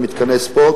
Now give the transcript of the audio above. למתקני ספורט,